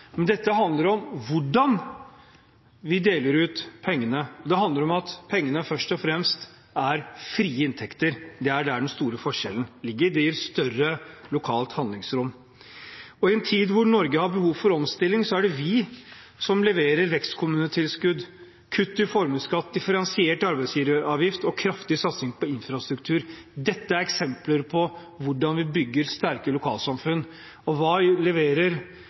men dette handler om hvordan vi deler ut pengene. Det handler om at pengene først og fremst er frie inntekter. Det er der den store forskjellen ligger – det gir større lokalt handlingsrom. Og i en tid hvor Norge har behov for omstilling, er det vi som leverer vekstkommunetilskudd, kutt i formuesskatt, differensiert arbeidsgiveravgift og kraftig satsing på infrastruktur. Dette er eksempler på hvordan vi bygger sterke lokalsamfunn. Og hva leverer